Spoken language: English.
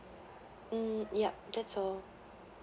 hmm yup that's all